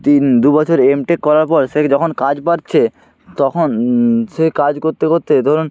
তিন দু বছর এম টেক করার পর সে যখন কাজ পাচ্ছে তখন সে কাজ করতে করতে ধরুন